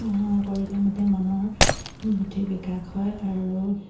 কৰিলে মানে মনৰ বুদ্ধি বিকাশ হয় আৰু